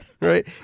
Right